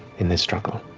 in this struggle.